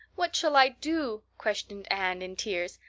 what shall i do? questioned anne in tears.